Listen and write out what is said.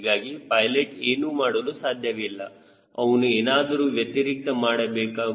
ಹೀಗಾಗಿ ಪೈಲೆಟ್ ಏನು ಮಾಡಲು ಸಾಧ್ಯವಿಲ್ಲ ಅವನು ಏನಾದರೂ ವ್ಯತಿರಿಕ್ತ ಮಾಡಬೇಕಾಗುತ್ತದೆ